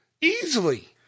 Easily